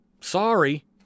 Sorry